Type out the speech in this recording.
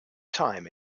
time